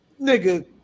nigga